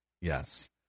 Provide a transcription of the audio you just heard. Yes